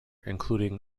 including